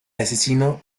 asesino